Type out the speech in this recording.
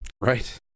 Right